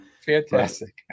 Fantastic